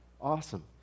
awesome